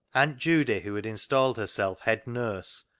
aunt judy, who had installed herself head nurse,